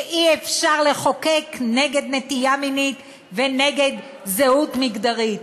שאי-אפשר לחוקק נגד נטייה מינית ונגד זהות מגדרית.